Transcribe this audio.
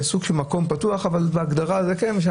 זה סוג של מקום פתוח, אבל בהגדרה זה קניון.